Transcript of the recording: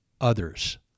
others